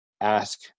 ask